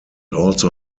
also